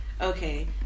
Okay